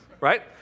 Right